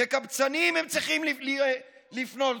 הם צריכים לפנות